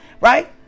Right